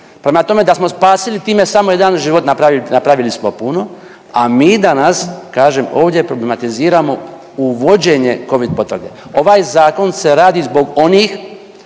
Prema tome, da smo spasili time samo jedan život napravili smo puno, a mi danas kažem ovdje problematiziramo uvođenje covid potvrde. Ovaj zakon se radi zbog onih